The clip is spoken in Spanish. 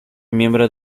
miembro